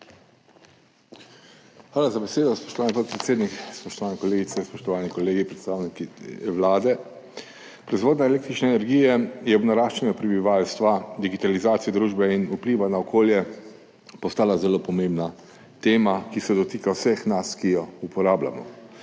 Hvala za besedo, spoštovani podpredsednik. Spoštovane kolegice, spoštovani kolegi, predstavniki Vlade! Proizvodnja električne energije je ob naraščanju prebivalstva, digitalizaciji družbe in vplivu na okolje postala zelo pomembna tema, ki se dotika vseh nas, ki jo uporabljamo.